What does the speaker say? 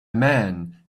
man